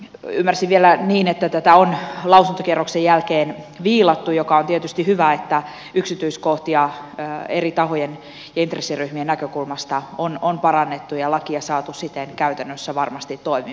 ymmärsin vielä niin että tätä on lausuntokierroksen jälkeen viilattu mikä on tietysti hyvä että yksityiskohtia eri tahojen ja intressiryhmien näkökulmasta on parannettu ja lakia saatu siten käytännössä varmasti toimivammaksi